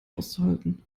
auszuhalten